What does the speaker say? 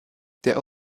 der